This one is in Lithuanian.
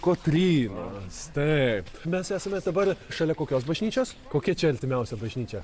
kotrynos taip mes esame dabar šalia kokios bažnyčios kokia čia artimiausia bažnyčia